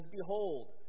behold